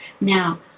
Now